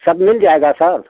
सब मिल जाएगा सर